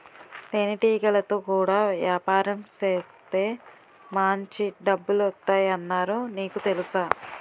తేనెటీగలతో కూడా యాపారం సేత్తే మాంచి డబ్బులొత్తాయ్ అన్నారు నీకు తెలుసా?